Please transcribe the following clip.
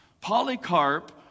Polycarp